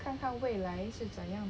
看看未来是怎样